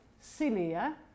cilia